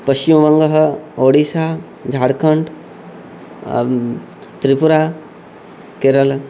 पश्चिमबङ्गः ओडिसा झाड्खण्ड् त्रिपुरा केरल